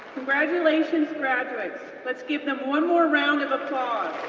congratulations, graduates, let's give them one more round of applause.